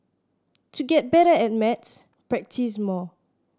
to get better at maths practise more